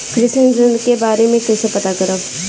कृषि ऋण के बारे मे कइसे पता करब?